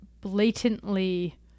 blatantly